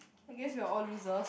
I guess we are all losers